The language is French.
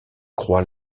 croix